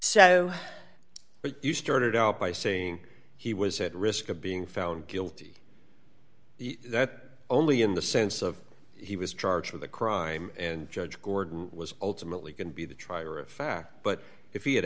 so you started out by saying he was at risk of being found guilty that only in the sense of he was charged with a crime and judge gordon was ultimately going to be the trier of fact but if he had